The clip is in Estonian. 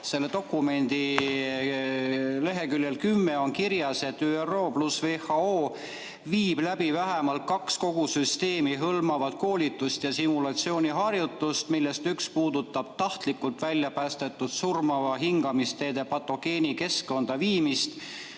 selle dokumendi leheküljel 10 on kirjas, et ÜRO ja WHO viivad läbi vähemalt kaks kogu süsteemi hõlmavat koolitust ja simulatsiooniharjutust, millest üks puudutab tahtlikult valla päästetud surmava hingamisteede patogeeni keskkonda viimist,